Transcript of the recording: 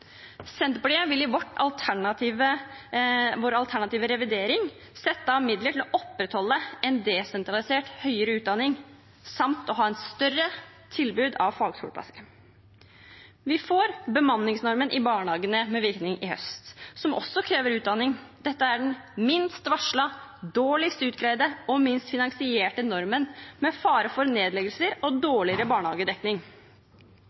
Senterpartiet vil i vår alternative revidering sette av midler til å opprettholde en desentralisert høyere utdanning, samt ha et større tilbud av fagskoleplasser. Vi får bemanningsnormen i barnehagene, med virkning fra høsten, som også krever utdanning. Dette er den minst varslede, dårligst utgreide og minst finansierte normen, med fare for nedleggelser og